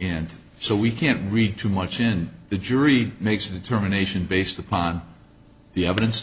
and so we can't read too much in the jury makes a determination based upon the evidence